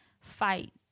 fight